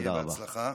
שיהיה בהצלחה.